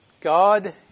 God